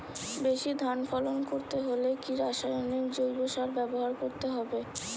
বেশি ধান ফলন করতে হলে কি রাসায়নিক জৈব সার ব্যবহার করতে হবে?